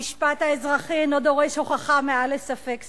המשפט האזרחי אינו דורש הוכחה מעל ספק סביר.